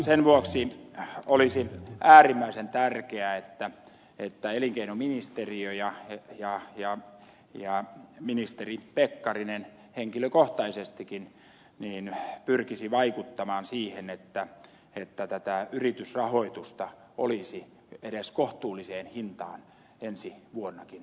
sen vuoksi olisi äärimmäisen tärkeää että elinkeinoministeriö ja ministeri pekkarinen henkilökohtaisestikin pyrkisivät vaikuttamaan siihen että tätä yritysrahoitusta olisi edes kohtuulliseen hintaan ensi vuonnakin